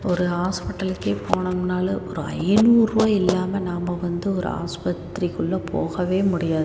ஒரு ஹாஸ்பிட்டலுக்கே போனோம்னாலும் ஒரு ஐந்நூறு ரூபா இல்லாமல் நாம் வந்து ஒரு ஆஸ்பத்திரிக்குள்ளே போகவே முடியாது